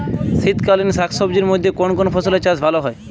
শীতকালীন শাকসবজির মধ্যে কোন কোন ফসলের চাষ ভালো হয়?